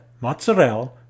mozzarella